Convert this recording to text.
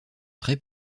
très